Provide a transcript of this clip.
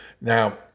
now